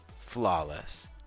flawless